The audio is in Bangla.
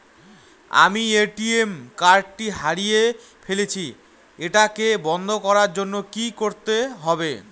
আমি এ.টি.এম কার্ড টি হারিয়ে ফেলেছি এটাকে বন্ধ করার জন্য কি করতে হবে?